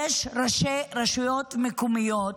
יש ראשי רשויות מקומיות